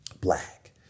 black